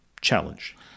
challenge